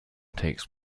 takes